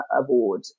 award